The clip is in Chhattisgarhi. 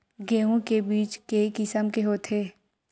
गेहूं के बीज के किसम के होथे?